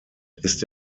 ist